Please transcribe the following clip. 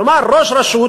כלומר, ראש רשות